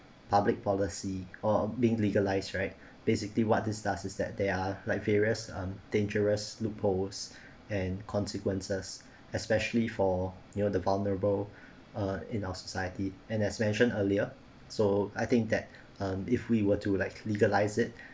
public policy or being legalised right basically what this does is that they are like various um dangerous loopholes and consequences especially for near the vulnerable uh in our society and as mentioned earlier so I think that um if we were to like legalize it